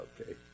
okay